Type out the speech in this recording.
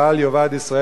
האומרים שמע ישראל,